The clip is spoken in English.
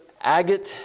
agate